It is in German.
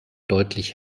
deutlich